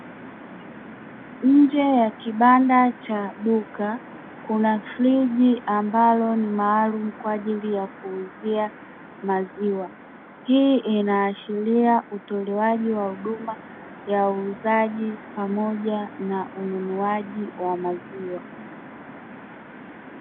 Nje ya kibanda cha duka kuna friji ambalo ni maalumu kwa ajili ya kuuzia maziwa, hii inaashiria utolewaji wa huduma ya uuzaji pamoja na ununuaji wa maziwa.